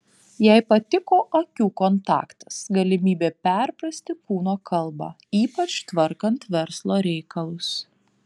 jai patiko akių kontaktas galimybė perprasti kūno kalbą ypač tvarkant verslo reikalus